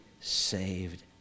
saved